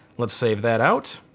let's save that out.